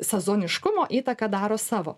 sezoniškumo įtaką daro savo